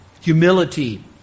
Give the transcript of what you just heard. humility